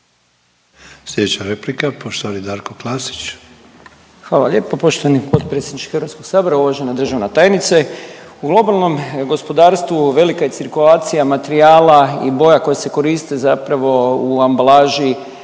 Klasić. **Klasić, Darko (HSLS)** Hvala lijepo poštovani potpredsjedniče HS. Uvažena državna tajnica, u globalnom gospodarstvu velika je cirkulacija materijala i boja koje se koriste zapravo u ambalaži